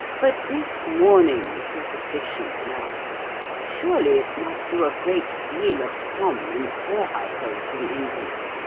but this mourning superstition, now surely it must do a great deal of harm in poor households in england.